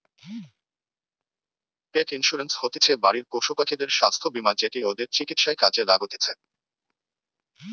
পেট insurance হতিছে বাড়ির পশুপাখিদের স্বাস্থ্য বীমা যেটি ওদের চিকিৎসায় কাজে লাগতিছে